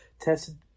tested